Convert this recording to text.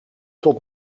tot